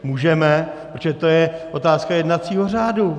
Můžeme, protože to je otázka jednacího řádu.